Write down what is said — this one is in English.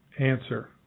answer